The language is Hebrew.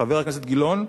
חבר הכנסת גילאון,